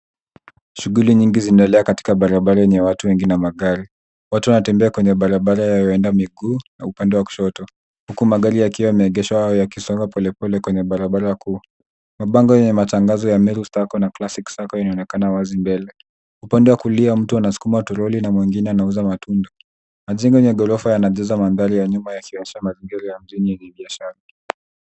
Shuguli nyingi zinaendelea katika barabara yenye watu wengi na magari. Watu wanatembea kwenye barabara ya waenda miguu na upande wa kushoto huku magari yakiwa yameegeshwa au yakisonga polepole kwenye barabara kuu. Mabango yenye matangazo ya Merit Sacco na Plastic Sacco inaonekana wazi mbele. Upande wa kulia mtu anasukuma toroli na mwingine anauza matunda. Majengo ya gorofa yanajaza mandhari ya nyuma yakionyesha mazingira ya mjini ya biashara.